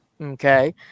Okay